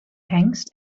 hengst